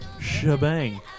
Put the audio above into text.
shebang